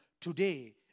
Today